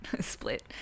Split